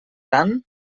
tant